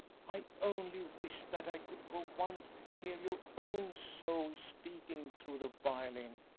i only wish that i could for once hear your own soul speaking through the violin!